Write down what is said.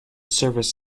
service